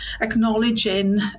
acknowledging